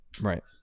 Right